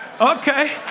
Okay